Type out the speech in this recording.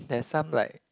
there's some like